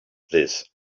this